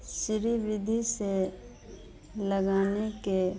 सिरि विधि से लगाने के